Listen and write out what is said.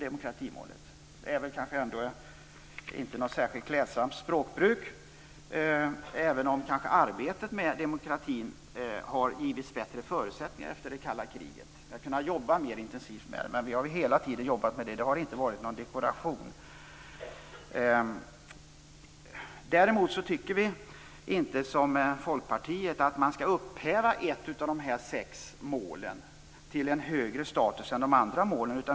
Det är väl inte något klädsamt språkbruk - även om arbetet med demokrati har givits bättre förutsättningar efter det kalla kriget. Vi har kunnat jobba mer intensivt med det. Men vi har jobbat med det hela tiden. Det har inte varit någon dekoration. Däremot tycker vi inte, som Folkpartiet, att man skall upphöja ett av de sex målen så att det får en högre status än de andra.